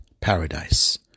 paradise